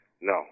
no